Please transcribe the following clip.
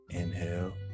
inhale